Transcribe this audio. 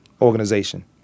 organization